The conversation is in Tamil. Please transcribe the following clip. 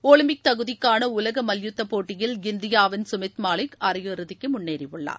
ஒலிம்பிக் தகுதிக்கான உலக மல்யுத்த போட்டியில் இந்தியாவின் சுமித் மாலிக் அரையிறுதிக்கு முன்னேறியுள்ளார்